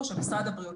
1,300 ילדים,